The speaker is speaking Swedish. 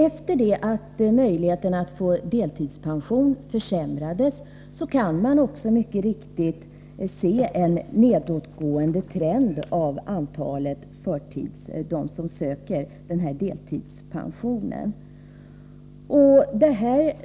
Efter det att möjligheten att få delpension försämrades kan vi mycket riktigt se en nedåtgående trend för ansökningarna om